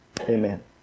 Amen